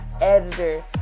editor